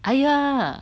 !aiya!